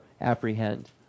apprehend